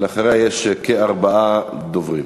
אחריה יש כארבעה דוברים.